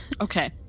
Okay